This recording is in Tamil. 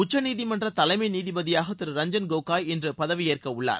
உச்சநீதிமன்ற தலைமை நீதிபதியாக திரு ரஞ்சன் கோகாய் இன்று பதவியேற்க உள்ளார்